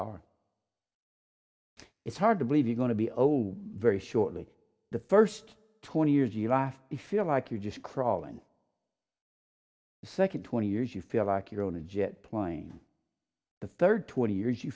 are it's hard to believe you're going to be old very shortly the first twenty years you live to feel like you just crawling second twenty years you feel like you're on a jet plane the third twenty years you